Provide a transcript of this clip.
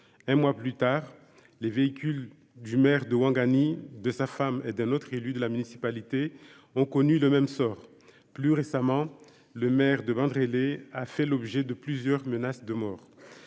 un mois plus tard, les véhicules du maire de Ouaga ni de sa femme et d'un autre élu de la municipalité ont connu le même sort, plus récemment, le maire de Bandrélé a fait l'objet de plusieurs menaces de mort,